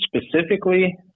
specifically